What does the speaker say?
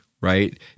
right